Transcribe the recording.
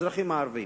האזרחים הערבים.